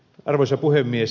arvoisa puhemies